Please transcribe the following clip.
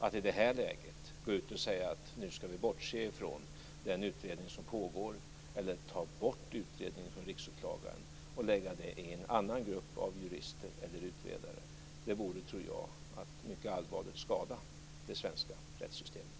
Att i det här läget gå ut och säga att nu ska vi bortse från den utredning som pågår eller ta bort utredningen från Riksåklagaren och lägga den på en annan grupp av jurister eller utredare, tror jag vore att mycket allvarligt skada det svenska rättssystemet.